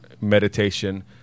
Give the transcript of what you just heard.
meditation